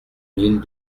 mille